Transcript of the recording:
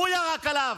הוא ירק עליו.